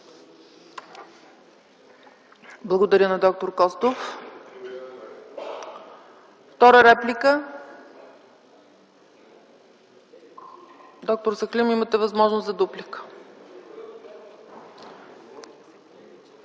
Благодаря на д-р Костов. Втора реплика? Доктор Сахлим, имате възможност за дуплика.